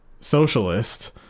socialist